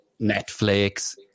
Netflix